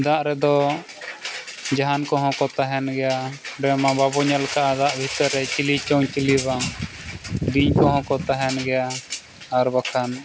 ᱫᱟᱜ ᱨᱮᱫᱚ ᱡᱟᱦᱟᱱ ᱠᱚᱦᱚᱸ ᱠᱚ ᱛᱟᱦᱮᱱ ᱜᱮᱭᱟ ᱚᱸᱰᱮ ᱢᱟ ᱵᱟᱵᱚ ᱧᱮᱞ ᱠᱟᱜᱼᱟ ᱫᱟᱜ ᱵᱷᱤᱛᱟᱹᱨᱮ ᱪᱤᱞᱤ ᱪᱚᱝ ᱪᱤᱞᱤ ᱵᱟᱝ ᱵᱤᱧ ᱠᱚᱦᱚᱸ ᱠᱚ ᱛᱟᱦᱮᱱ ᱜᱮᱭᱟ ᱟᱨ ᱵᱟᱠᱷᱟᱱ